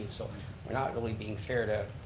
so we're not really being fair to,